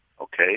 okay